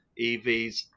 EVs